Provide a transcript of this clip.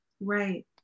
Right